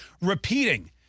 repeating